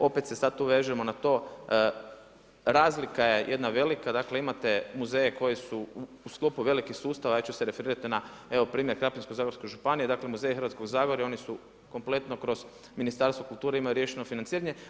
Opet se sada tu vežemo na to, razlika je jedna velika, dakle, imate muzeje koji su u sklopu velikih sustava, ja ću se referirati, na evo, primjer Krapinsko zagorsko županiju, dakle, muzej Hrvatskog Zagora i oni su kompletno kroz Ministarstvo kulture ima riješeno financiranje.